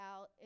out